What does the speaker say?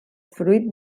fruit